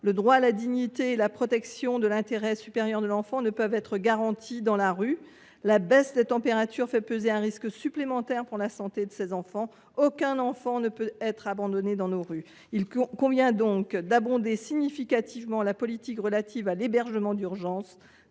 Le droit à la dignité et la protection de l’intérêt supérieur de ces enfants ne peuvent être garantis dans la rue. La baisse des températures fait peser un risque supplémentaire sur leur santé. Aucun enfant ne peut être abandonné dans nos rues. Il convient donc d’abonder significativement les crédits de la politique relative à l’hébergement d’urgence